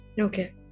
okay